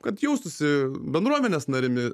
kad jaustųsi bendruomenės narėmi